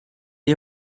est